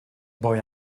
boy